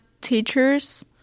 teachers